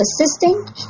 assisting